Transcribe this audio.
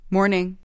Morning